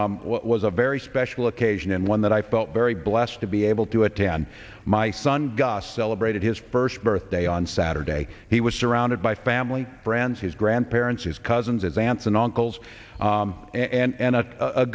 what was a very special occasion and one that i felt very blessed to be able to attend my son gus celebrated his first birthday on saturday he was surrounded by family friends his grandparents his cousins aunts and uncles and a